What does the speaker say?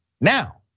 Now